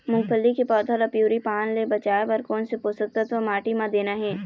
मुंगफली के पौधा ला पिवरी पान ले बचाए बर कोन से पोषक तत्व माटी म देना हे?